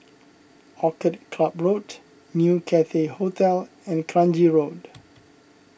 Orchid Club Road New Cathay Hotel and Kranji Road